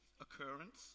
occurrence